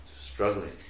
struggling